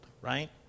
right